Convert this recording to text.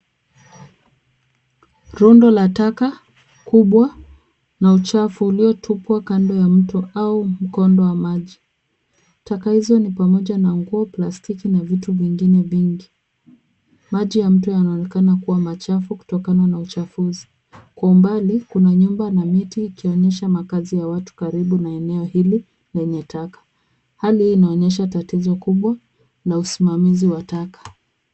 Rundo la taka kubwa na uchafu uliotupwa kando ya mto au mkondo wa maji. Taka hizo ni pamoja na nguo, plastiki na vitu vingine vingi. Maji ya mto yanaonekana kuwa machafu kutokana na uchafuzi. Kwa umbali kuna nyumba na miti ikionyesha makazi ya watu karibu na eneo hili lenye taka. Hali hii inaonyesha tatizo kubwa na usimamizi wa taka.